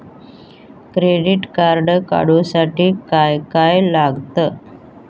Credit card काढूसाठी काय काय लागत?